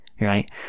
Right